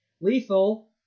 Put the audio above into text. Lethal